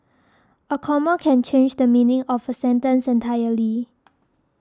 a comma can change the meaning of a sentence entirely